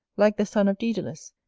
like the son of daedalus,